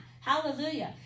Hallelujah